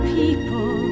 people